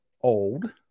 old